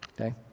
Okay